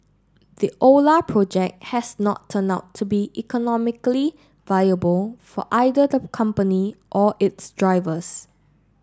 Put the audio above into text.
the Ola project has not turned out to be economically viable for either the company or its drivers